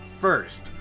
first